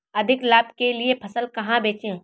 अधिक लाभ के लिए फसल कहाँ बेचें?